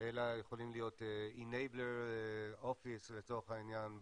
אלא יכולים להיות enabler office לצורך העניין,